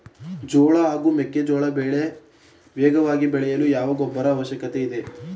ಜೋಳ ಹಾಗೂ ಮೆಕ್ಕೆಜೋಳ ಬೆಳೆ ವೇಗವಾಗಿ ಬೆಳೆಯಲು ಯಾವ ಗೊಬ್ಬರದ ಅವಶ್ಯಕತೆ ಇದೆ?